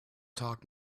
talk